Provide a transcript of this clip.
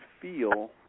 feel